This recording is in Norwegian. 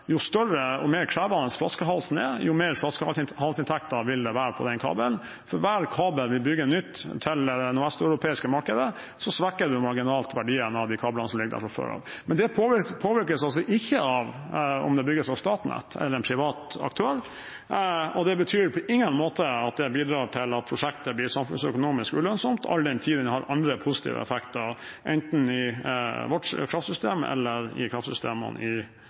jo større og mer krevende flaskehalsen er, jo mer flaskehalsinntekter vil det være på den kabelen. For hver kabel vi bygger ny til det vesteuropeiske markedet, svekker man marginalt verdien av de kablene som ligger der fra før. Det påvirkes altså ikke av om det bygges av Statnett eller av en privat aktør. Det betyr på ingen måte at det bidrar til at prosjektet blir samfunnsøkonomisk ulønnsomt all den tid man har andre positive effekter, enten i vårt kraftsystem eller i kraftsystemene i